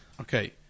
Okay